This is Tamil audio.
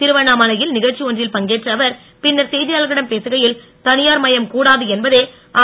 திருவண்ணாமலையில் நிகழ்ச்சி ஒன்றில் பங்கேற்ற அவர் பின்னர் செய்தியாளர்களிடம் பேசுகையில் தனியார் மயம் கூடாது என்பதே அ